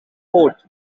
port